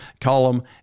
column